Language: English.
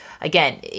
again